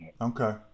Okay